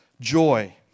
joy